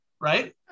right